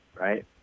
right